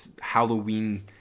Halloween